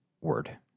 word